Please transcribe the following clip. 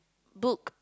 book